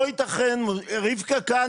לא ייתכן רבקה כאן,